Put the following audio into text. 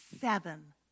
seven